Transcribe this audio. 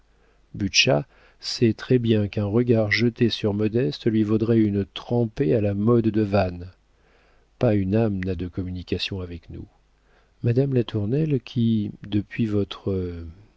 sait très bien qu'un regard jeté sur modeste lui vaudrait une trempée à la mode de vannes pas une âme n'a de communication avec nous madame latournelle qui depuis votre